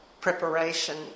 preparation